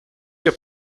your